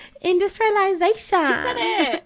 industrialization